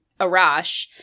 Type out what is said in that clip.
Arash